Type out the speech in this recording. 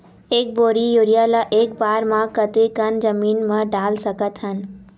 एक बोरी यूरिया ल एक बार म कते कन जमीन म डाल सकत हन?